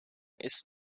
ist